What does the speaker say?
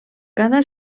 cada